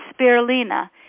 Spirulina